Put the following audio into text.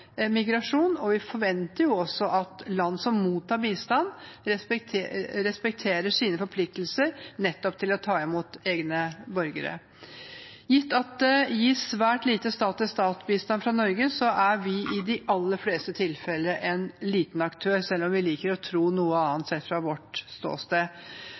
migrasjon, og vi forventer også at land som mottar bistand, respekterer sine forpliktelser til å ta imot egne borgere. Gitt at det gis svært lite stat-til-stat-bistand fra Norge, er vi i de aller fleste tilfellene en liten aktør, selv om vi liker å tro noe annet – sett fra vårt ståsted.